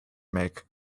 make